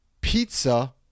pizza